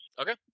Okay